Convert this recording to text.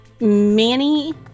Manny